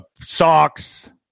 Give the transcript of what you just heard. socks